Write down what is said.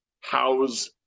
house